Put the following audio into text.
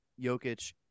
Jokic